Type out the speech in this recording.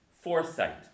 foresight